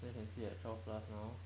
then you can sleep at twelve plus now